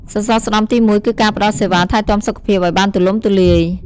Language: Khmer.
សសរស្តម្ភទី១គឺការផ្តល់សេវាថែទាំសុខភាពឱ្យបានទូលំទូលាយ។